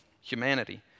humanity